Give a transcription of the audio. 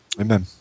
Amen